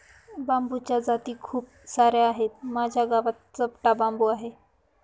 बांबूच्या जाती खूप सार्या आहेत, माझ्या गावात चपटा बांबू आहे